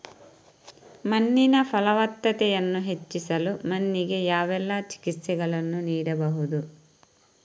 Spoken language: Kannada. ಮಣ್ಣಿನ ಫಲವತ್ತತೆಯನ್ನು ಹೆಚ್ಚಿಸಲು ಮಣ್ಣಿಗೆ ಯಾವೆಲ್ಲಾ ಚಿಕಿತ್ಸೆಗಳನ್ನು ನೀಡಬಹುದು?